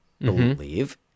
believe